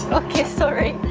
ok, sorry